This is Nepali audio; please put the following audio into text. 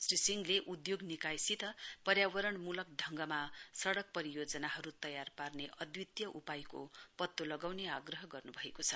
श्री सिंहले उद्घोग निकायसित पर्यावरणमूलक ढंगमा सड़क परियोजनाहरु तयार पार्ने अद्वितीय उपायको पत्तो लगाउने आग्रह गर्नुभएको छ